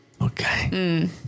Okay